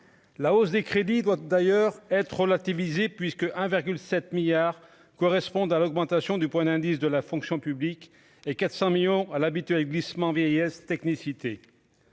la hausse des crédits doivent d'ailleurs être relativisée puisque 1 virgule 7 milliards correspondent à l'augmentation du point d'indice de la fonction publique et 400 millions à l'habituel glissement vieillesse technicité,